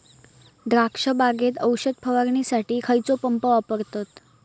द्राक्ष बागेत औषध फवारणीसाठी खैयचो पंप वापरतत?